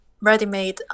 ready-made